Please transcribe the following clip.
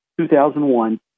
2001